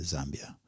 Zambia